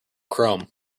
chrome